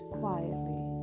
quietly